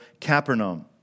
Capernaum